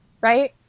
Right